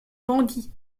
bandit